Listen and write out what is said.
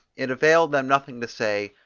it availed them nothing to say,